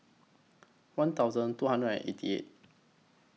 one thousand two hundred and eighty eight